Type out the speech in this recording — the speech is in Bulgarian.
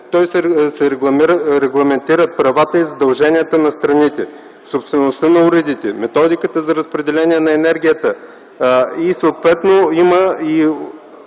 него се регламентират правата и задълженията на страните, собствеността на уредите, методиката за разпределение на енергията, съответно има и